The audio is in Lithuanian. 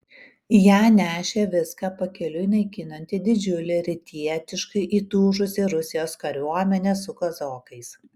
ją nešė viską pakeliui naikinanti didžiulė rytietiškai įtūžusi rusijos kariuomenė su kazokais